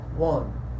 one